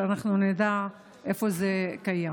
כדי שאנחנו נדע איפה זה קיים.